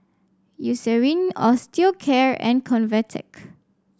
Eucerin Osteocare and Convatec